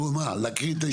מה, להקריא את ההסתייגויות?